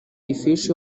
ifishi